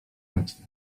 płetwy